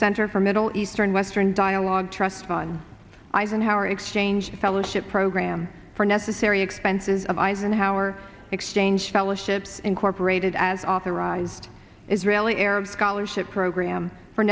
center for middle eastern western dialogue trusts one eisenhower exchange the fellowship program for necessary expenses of eisenhower exchange fellowships incorporated as authorized israeli arab scholarship program for